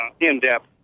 in-depth